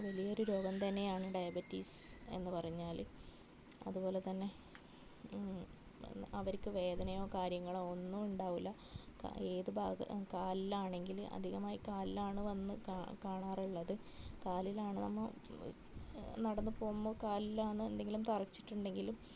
വലിയൊരു രോഗം തന്നെയാണ് ഡയബറ്റീസ് എന്ന് പറഞ്ഞാൽ അതുപോലെതന്നെ അവരിക്ക് വേദനയോ കാര്യങ്ങളോ ഒന്നും ഉണ്ടാവൂല ഏത് ഭാഗ കാലിലാണെങ്കിലു അധികമായി കാലിലാണ് വന്ന് കാ കാണാറുള്ളത് കാലിലാണ് എന്നോ നടന്ന് പോകുമ്പോൾ കാലിലാന്നോ എന്തെങ്കിലും തറച്ചിട്ടുണ്ടെങ്കിലും